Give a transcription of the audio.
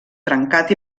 trencat